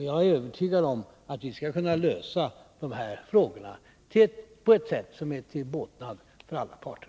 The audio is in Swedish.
Jag är övertygad om att vi skall kunna lösa de här frågorna på ett sätt som är till båtnad för alla parter.